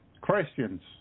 Christians